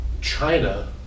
China